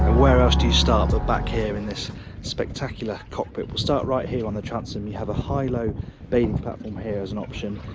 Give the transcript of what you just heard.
where else do you start but back here in this spectacular cockpit, we'll start right here on the transom, you have a high low bathing platform here as an option,